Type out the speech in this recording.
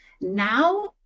Now